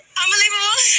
unbelievable